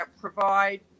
provide